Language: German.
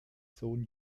sohn